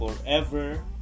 forever